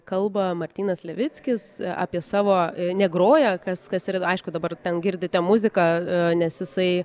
kalba martynas levickis apie savo negroja kas kas ir aišku dabar ten girdite muziką nes jisai